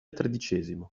tredicesimo